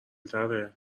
تره